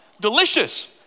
Delicious